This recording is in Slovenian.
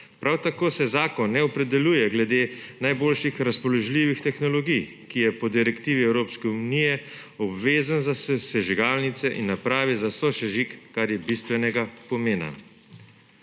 Prav tako se zakon ne opredeljuje glede najboljših razpoložljivih tehnologij, kar je po direktivi Evropske unije obvezno za sežigalnice in naprave za sosežig, kar je bistvenega pomena.